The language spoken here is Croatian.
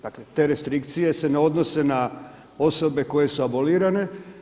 Dakle, te restrikcije se ne odnose na osobe koje su abolirane.